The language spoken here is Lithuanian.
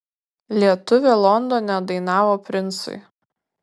lietuvė londone dainavo princui